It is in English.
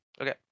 okay